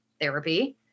therapy